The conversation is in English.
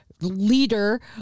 leader